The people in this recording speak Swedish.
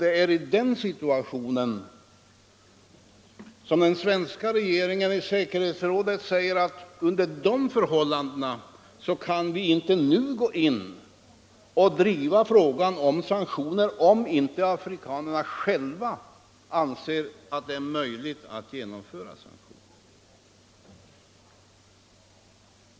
Det är i den situationen som den svenska regeringen i säkerhetsrådet säger: Under de förhållandena kan vi inte nu gå in och driva frågan om sanktioner, om inte afrikanerna själva anser att det är möjligt att genomföra dem.